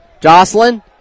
Jocelyn